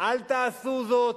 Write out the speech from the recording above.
אל תעשו זאת,